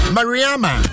Mariama